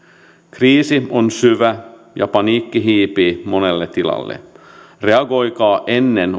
kriisi on syvä ja paniikki hiipii monelle tilalle reagoikaa ennen